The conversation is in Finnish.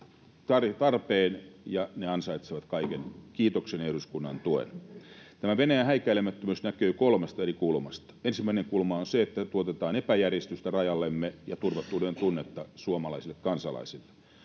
ne ansaitsevat kaiken kiitoksen ja eduskunnan tuen. Tämä Venäjän häikäilemättömyys näkyy kolmesta eri kulmasta: Ensimmäinen kulma on se, että tuotetaan epäjärjestystä rajallemme ja turvattomuuden tunnetta suomalaisille kansalaisille.